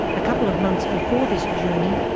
a couple of months before this journey,